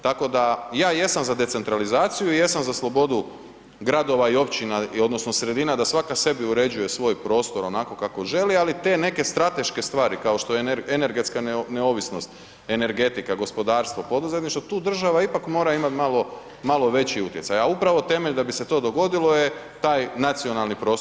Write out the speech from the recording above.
Tako da jesam za decentralizaciju i jesam za slobodu gradova i općina odnosno sredina da svaka sebi uređuje svoj prostor onako kako želi ali te neke strateške stvari kao što je energetska neovisnost, energetika, gospodarstvo, poduzetništvo, tu država ipak mora imat malo veći utjecaj a upravo temelj da bi se to dogodilo je taj nacionalni prostorni plan.